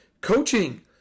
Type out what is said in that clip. coaching